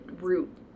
root